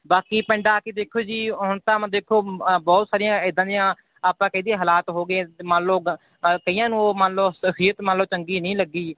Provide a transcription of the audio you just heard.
ਬਾਕੀ ਪਿੰਡ ਆ ਕੇ ਦੇਖੋ ਜੀ ਹੁਣ ਤਾਂ ਦੇਖੋ ਬਹੁਤ ਸਾਰੀਆਂ ਇੱਦਾਂ ਦੀਆਂ ਆਪਾਂ ਕਹਿ ਦਈਏ ਹਾਲਾਤ ਹੋ ਗਏ ਮੰਨ ਲਓ ਕਈਆਂ ਨੂੰ ਉਹ ਮੰਨ ਲਓ ਸ਼ਖਸੀਅਤ ਮੰਨ ਲਓ ਚੰਗੀ ਨਹੀਂ ਲੱਗੀ ਜੀ